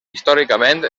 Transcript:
històricament